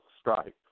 strike